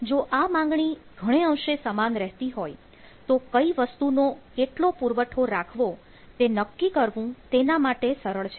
જો આ માંગણી ઘણે અંશે સમાન રહેતી હોય તો કઈ વસ્તુ નો કેટલો પુરવઠો રાખવો તે નક્કી કરવું તેના માટે સરળ છે